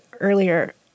earlier